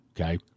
okay